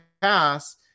pass